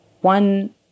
One